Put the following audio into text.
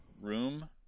Room